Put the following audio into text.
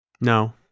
No